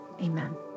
Amen